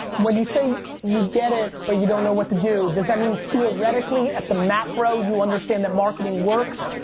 when you say you get it, but you don't know what to do, does that mean theoretically at the macro you understand that marketing works,